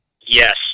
Yes